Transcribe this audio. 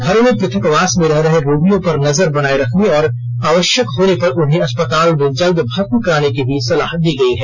घरों में पृथकवास में रह रहे रोगियों पर नजर बनाए रखने और आवश्यक होने पर उन्हें अस्पताल में जल्द भर्ती कराने की भी सलाह दी गई है